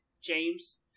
James